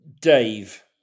dave